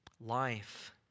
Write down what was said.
life